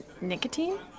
Nicotine